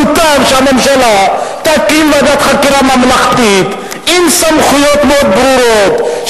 מוטב שהממשלה תקים ועדת חקירה ממלכתית עם סמכויות מאוד ברורות,